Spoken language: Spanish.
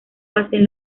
hacen